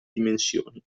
dimensioni